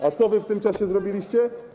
A co wy w tym czasie zrobiliście?